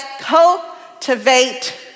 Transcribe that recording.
cultivate